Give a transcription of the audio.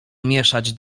mieszać